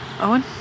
Owen